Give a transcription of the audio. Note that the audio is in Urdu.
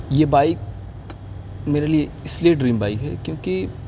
یہ بائک میرے لیے اس لیے ڈریم بائک ہے کیونکہ